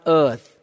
earth